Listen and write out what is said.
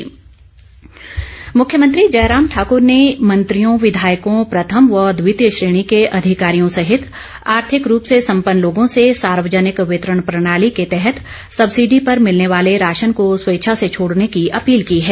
मुख्यमंत्री मुख्यमंत्री जयराम ठाकुर ने मंत्रियों विधायकों प्रथम व द्वितीय श्रेणी के अधिकारियों सहित आर्थिक रूप से सम्पन्न लोगों से सार्वजनिक वितरण प्रणाली के तहत सब्सिडी पर मिलने वाले राशन को स्वेच्छा से छोड़ने की अपील की है